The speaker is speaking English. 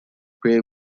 prey